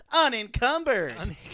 unencumbered